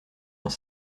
dans